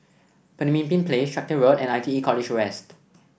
Pemimpin Place Tractor Road and I T E College West